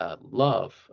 love